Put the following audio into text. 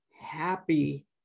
happy